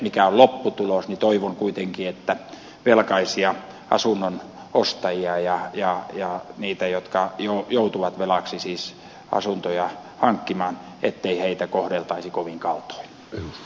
mikä lopputulos onkaan toivon kuitenkin ettei velkaisia asunnonostajia ja niitä jotka joutuvat velaksi siis asuntoja hankkimaan kohdeltaisi kovin kaltoin